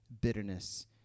bitterness